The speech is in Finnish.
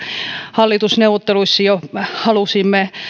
hallitusneuvotteluissa jo halusimme